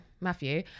matthew